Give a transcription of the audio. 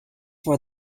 for